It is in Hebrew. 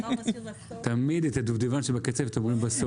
אומרים תמיד בסוף את הדובדבן שבקצפת.